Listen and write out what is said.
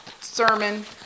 sermon